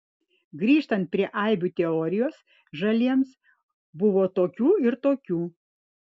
grįžtant prie aibių teorijos žaliems buvo tokių ir tokių